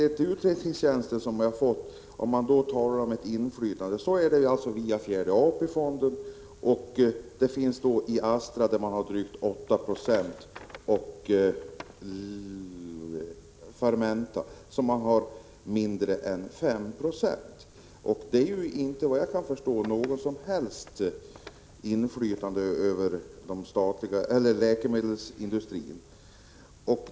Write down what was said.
Statens inflytande här är genom fjärde AP-fonden, och enligt utredningstjänsten är det inflytandet drygt 8 Zi Astra och mindre än 5 20 i Fermenta. Det innebär inte något som helst inflytande över läkemedelsindustrin.